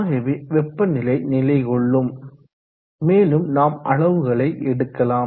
ஆகவே வெப்பநிலை நிலைகொள்ளும் மேலும் நாம் அளவுகளை எடுக்கலாம்